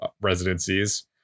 residencies